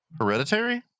Hereditary